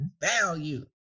value